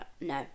no